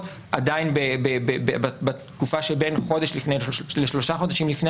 עדיין בתקופה שבין חודש לפני לשלושה חודשים לפני,